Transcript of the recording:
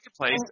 place